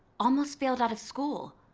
almost failed out of school.